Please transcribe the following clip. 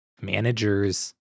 managers